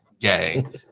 gang